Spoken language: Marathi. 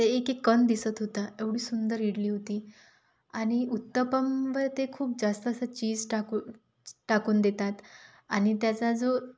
ते एक एक कण दिसत होता एवढी सुंदर इडली होती आणि उत्तप्पमवर ते खूप जास्त असं चीज टाकू टाकून देतात आणि त्याचा जो